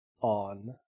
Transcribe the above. on